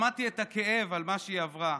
שמעתי את הכאב של מה שהיא עברה,